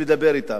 לדבר אתם,